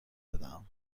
بدهم